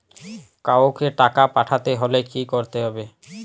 কাওকে টাকা পাঠাতে হলে কি করতে হবে?